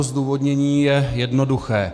Zdůvodnění je jednoduché.